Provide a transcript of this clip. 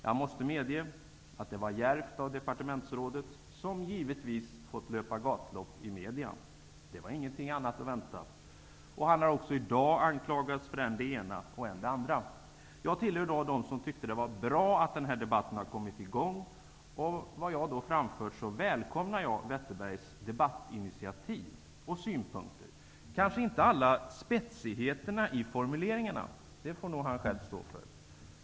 Jag måste medge att det var djärvt av departementsrådet, som givetvis fått löpa gatlopp i medierna. Det var ingenting annat att vänta. Han har också i dag anklagats för än det ena, än det andra. Jag tillhör dem som tycker att det är bra att den här debatten har kommit i gång. Jag välkomnar Wetterbergs debattinitiativ och synpunkter. Alla spetsigheterna i formuleringarna får han själv stå för.